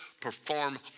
perform